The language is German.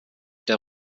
der